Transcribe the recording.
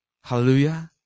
Hallelujah